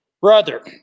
brother